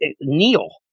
Neil